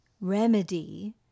remedy